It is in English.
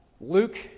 Luke